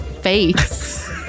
face